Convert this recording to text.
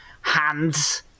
hands